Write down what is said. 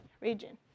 region